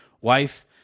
wife